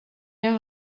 jag